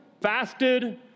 fasted